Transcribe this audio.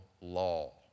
law